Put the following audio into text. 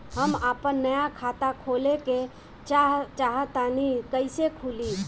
हम आपन नया खाता खोले के चाह तानि कइसे खुलि?